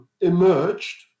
emerged